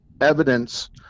evidence